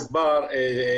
אליו.